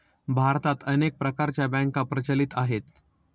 भारतात अनेक प्रकारच्या बँका प्रचलित आहेत